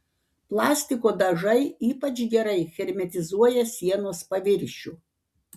plastiko dažai ypač gerai hermetizuoja sienos paviršių